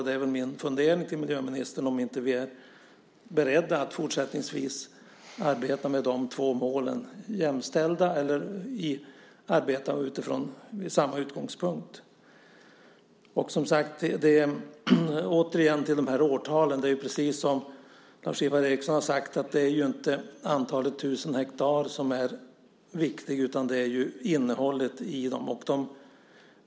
Det är väl min fundering till ministern, om vi inte är beredda att fortsättningsvis arbeta med de två målen utifrån samma utgångspunkt. Återigen till de här årtalen. Det är precis som Lars-Ivar Ericson har sagt, det är ju inte antalet tusen hektar som är viktigt utan det är innehållet i dem.